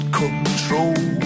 control